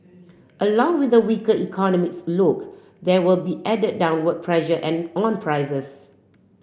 along with the weaker economics look there will be added downward pressure and on prices